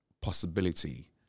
Possibility